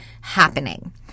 happening